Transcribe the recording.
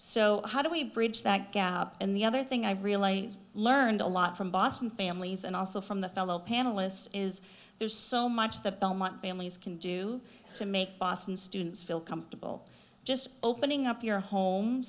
so how do we bridge that gap and the other thing i really learned a lot from boston families and also from the fellow panelists is there's so much that belmont families can do to make boston students feel comfortable just opening up your home